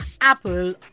Apple